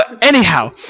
anyhow